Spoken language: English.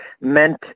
meant